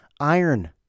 iron